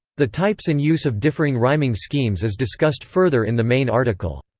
the types and use of differing rhyming schemes is discussed further in the main article.